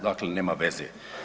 Dakle, nema veze.